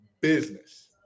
business